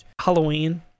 Halloween